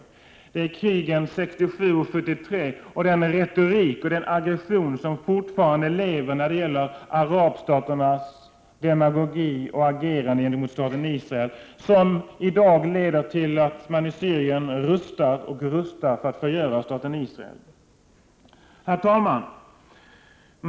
Vidare gäller det krigen 1967 och 1973 samt den retorik och den aggression som fortfarande lever i fråga om arabstaternas demagogi och agerande gentemot staten Israel, som i dag leder till att man i Syrien rustar och rustar för att kunna förgöra staten Israel. Herr talman!